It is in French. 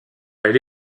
elle